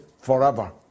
forever